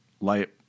light